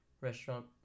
restaurant